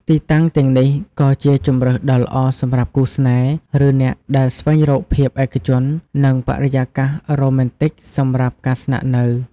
ទីតាំងទាំងនេះក៏ជាជម្រើសដ៏ល្អសម្រាប់គូស្នេហ៍ ឬអ្នកដែលស្វែងរកភាពឯកជន និងបរិយាកាសរ៉ូមែនទិកសម្រាប់ការស្នាក់នៅ។